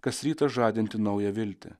kas rytą žadinti naują viltį